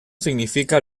significa